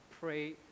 pray